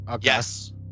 Yes